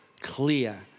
clear